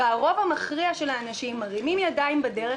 הרוב המכריע של האנשים מרים ידיים בדרך,